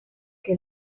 que